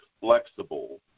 flexible